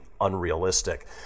unrealistic